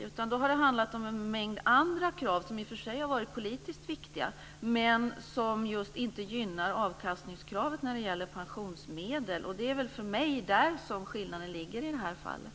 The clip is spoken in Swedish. Det har handlat om en mängd andra krav, som i och för sig har varit politiskt viktiga, men som just inte gynnat avkastningskravet när det gäller pensionsmedel. För mig är det där som skillnaden ligger i det här fallet.